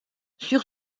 sur